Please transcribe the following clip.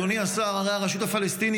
אדוני השר: הרי הרשות הפלסטינית,